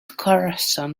carson